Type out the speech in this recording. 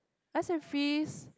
ice and freeze